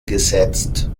gesetzt